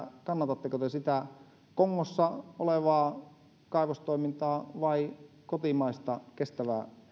kannatatteko te sitä kongossa olevaa kaivostoimintaa vai kotimaista kestävää